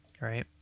right